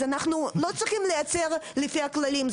אז אנחנו לא צריכים לייצר לפי הכללים,